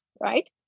right